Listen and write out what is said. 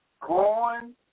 Corn